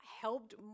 helped